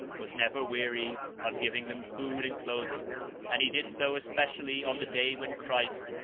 was never weary of giving them food and clothing and he did so especially on the day when christ,